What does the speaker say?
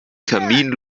kamin